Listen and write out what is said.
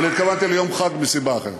אבל התכוונתי ליום חג מסיבה אחרת.